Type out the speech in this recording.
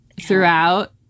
throughout